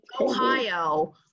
Ohio